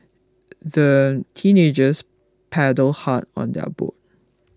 the teenagers paddled hard on their boat